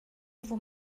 vou